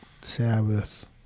Sabbath